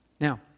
Now